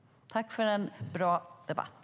Tack för en bra debatt!